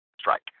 Strike